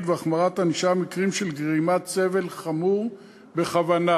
והחמרת הענישה על מקרים של גרימת סבל חמור בכוונה.